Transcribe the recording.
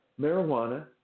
marijuana